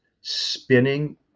spinning